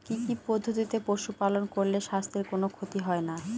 কি কি পদ্ধতিতে পশু পালন করলে স্বাস্থ্যের কোন ক্ষতি হয় না?